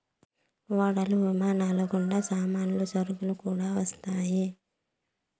ఓడలు విమానాలు గుండా సామాన్లు సరుకులు కూడా వస్తాయి